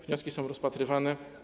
Wnioski są rozpatrywane.